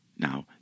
Now